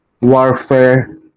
warfare